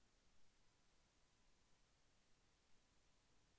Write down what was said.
మొక్కజోన్న త్వరగా పెరగాలంటే ఏమి చెయ్యాలి?